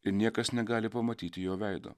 ir niekas negali pamatyti jo veido